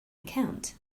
account